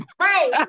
Right